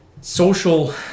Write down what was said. social